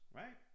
right